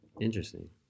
Interesting